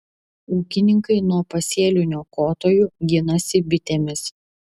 ūkininkai nuo pasėlių niokotojų ginasi bitėmis